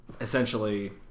essentially